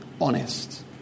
honest